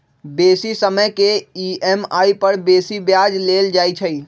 बेशी समय के ई.एम.आई पर बेशी ब्याज लेल जाइ छइ